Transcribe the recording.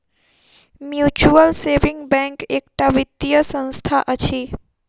mutual saving bank एकटा वित्तीय संस्था अछि